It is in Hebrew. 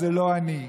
זה לא אני".